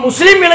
Muslim